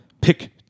pick